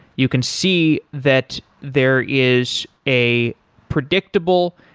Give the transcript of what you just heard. you can see that there is a predictable,